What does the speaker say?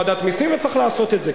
וצריך לעשות את זה.